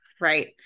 right